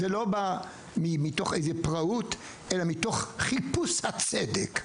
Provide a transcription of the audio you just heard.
זה לא בא מתוך איזו פראות, אלא מתוך חיפוש הצדק.